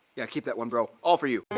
yeah, keep that one bro. all for you.